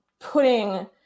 putting